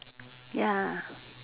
ya